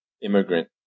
immigrant